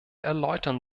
erläutern